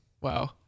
Wow